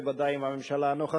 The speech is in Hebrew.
ודאי לא מזוהה עם הממשלה הנוכחית,